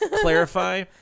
clarify